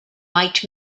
might